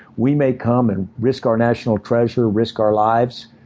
we may come and risk our national treasure, risk our lives.